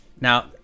Now